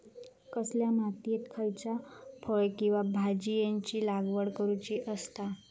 कसल्या मातीयेत खयच्या फळ किंवा भाजीयेंची लागवड करुची असता?